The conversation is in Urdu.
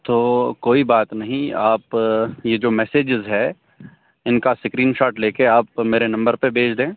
تو کوئی بات نہیں آپ یہ جو میسیجز ہے ان کا سکرین شاٹ لے کے آپ میرے نمبر پہ بھیج دیں